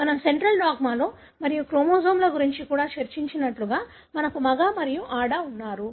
మేము central dogma లో మరియు క్రోమోజోమ్ల గురించి కూడా చర్చించినట్లుగా మనకు మగ మరియు ఆడ ఉన్నారు